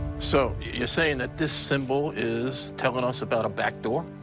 so you're saying that this symbol is telling us about a back door?